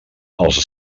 els